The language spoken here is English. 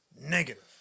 Negative